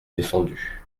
défendu